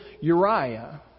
Uriah